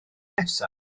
flwyddyn